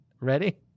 Ready